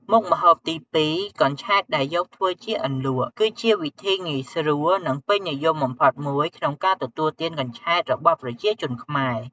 មុខម្ហូបទីពីរ កញ្ឆែតដែលយកធ្វើជាអន្លក់ គឺជាវិធីងាយស្រួល និងពេញនិយមបំផុតមួយក្នុងការទទួលទានកញ្ឆែតរបស់ប្រជាជនខ្មែរ។